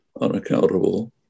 unaccountable